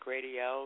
Radio